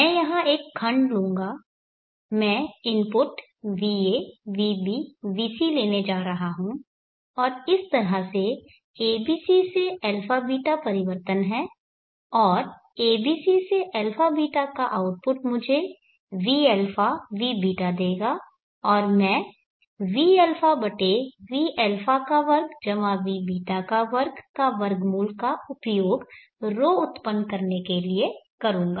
मैं यहाँ एक खंड लूंगा मैं इनपुट va vb vc लेने जा रहा हूँ और इस तरह से abc से αß परिवर्तन है और abc से αß का आउटपुट मुझे vα vß देगा और मैं vα√vα2 vß2 का उपयोग ρ उत्पन्न करने के लिए करूँगा